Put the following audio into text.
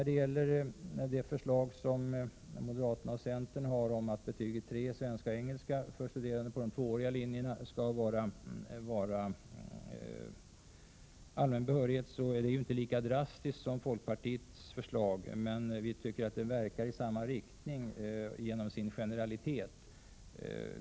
Det förslag som moderaterna och centern har om att betyget 3 i svenska och engelska för studerande på de tvååriga linjerna skall vara krav för allmän behörighet är inte lika drastiskt som folkpartiets förslag, men vi tycker att det verkar i samma riktning genom sin generalitet.